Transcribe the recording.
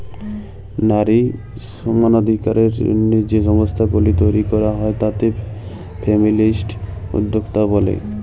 লারী সমালাধিকারের জ্যনহে যে সংস্থাগুলি তৈরি ক্যরা হ্যয় তাতে ফেমিলিস্ট উদ্যক্তা ব্যলে